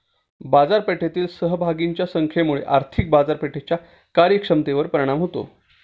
बाजारपेठेतील सहभागींच्या संख्येमुळे आर्थिक बाजारपेठेच्या कार्यक्षमतेवर परिणाम होतो